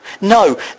No